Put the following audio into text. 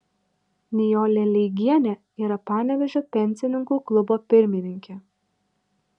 nijolė leigienė yra panevėžio pensininkų klubo pirmininkė